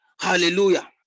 Hallelujah